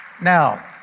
Now